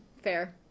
Fair